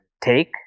take